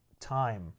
time